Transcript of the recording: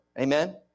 Amen